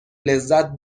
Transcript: لذت